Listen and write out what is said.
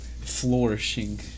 flourishing